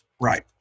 Right